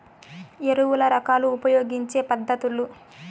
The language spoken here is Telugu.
ఎరువుల రకాలు ఉపయోగించే పద్ధతులు?